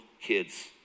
kids